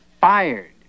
Fired